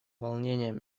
волнением